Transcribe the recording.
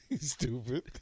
Stupid